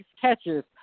catches